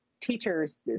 teachers